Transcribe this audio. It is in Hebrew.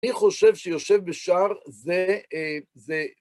אני חושב שיושב בשער זה... אה... זה...